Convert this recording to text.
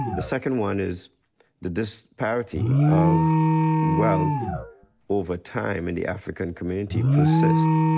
the second one is the disparity of wealth over time in the african community persists,